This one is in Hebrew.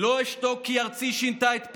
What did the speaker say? // לא אשתוק, כי ארצי / שינתה את פניה.